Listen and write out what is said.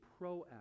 proactive